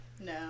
No